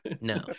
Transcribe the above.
No